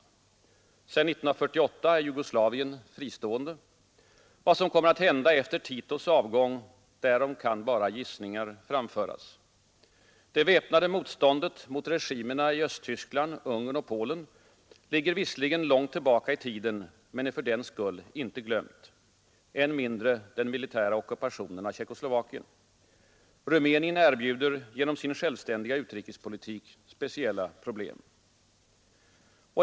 Sedan 1948 är Jugoslavien fristående. Vad som kommer att hända efter Titos avgång, därom kan bara gissningar framföras. Det väpnade motståndet mot regimerna i Östtyskland, Ungern och Polen ligger visserligen långt tillbaka i tiden, men är fördenskull inte glömt. Än mindre den militära ockupationen av Tjeckoslovakien. Rumänien erbjuder genom sin självständiga utrikespolitik speciella problem.